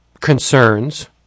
concerns